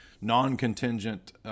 non-contingent